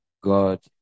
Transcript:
God